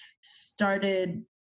started